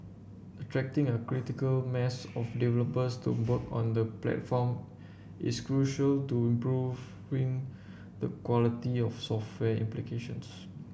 attracting a critical mass of developers to work on the platform is crucial to improving the quality of software applications